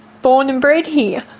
born and bred here.